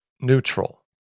neutral